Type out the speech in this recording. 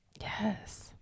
yes